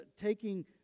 taking